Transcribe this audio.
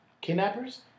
kidnappers